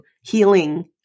Healing